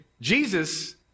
Jesus